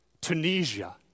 Tunisia